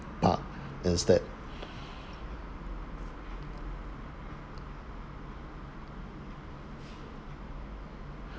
park instead